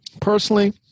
personally